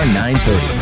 930